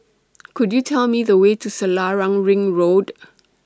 Could YOU Tell Me The Way to Selarang Ring Road